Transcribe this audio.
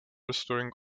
restoring